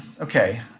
Okay